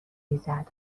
ریزد